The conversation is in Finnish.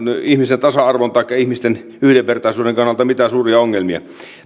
tasa arvon taikka ihmisten yhdenvertaisuuden kannalta mitään suuria ongelmia